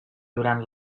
durant